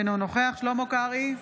אינו נוכח שלמה קרעי,